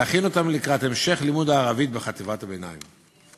להכין אותם לקראת המשך לימוד הערבית בחטיבת הביניים.